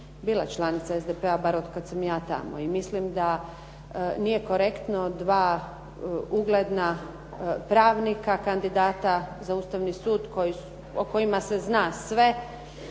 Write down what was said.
bila članica SDP-a bar od kada sam ja tamo. I milim da nije korektno dva ugledna pravnika, kandidata za Ustavni sud o kojima se zna sve,